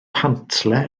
pantle